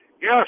Yes